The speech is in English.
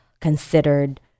considered